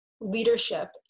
leadership